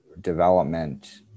development